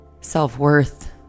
self-worth